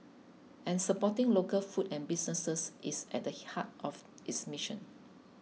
and supporting local food and businesses is at the heart of its mission